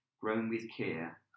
grown-with-care